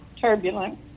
turbulent